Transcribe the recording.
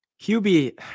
Hubie